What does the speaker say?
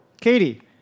Katie